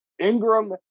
Ingram